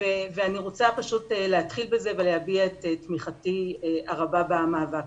אני רוצה להתחיל בזה ולהביע את תמיכתי הרבה במאבק.